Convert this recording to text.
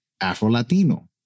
Afro-Latino